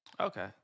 Okay